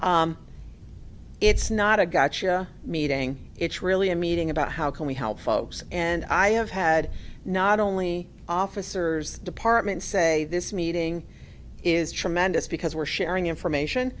probation it's not a gotcha meeting it's really a meeting about how can we help folks and i have had not only officers departments say this meeting is tremendous because we're sharing information